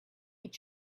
eat